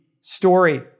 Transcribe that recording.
story